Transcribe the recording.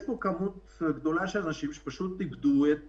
יש פה כמות גדולה של אנשים שפשוט איבדו לחלוטין את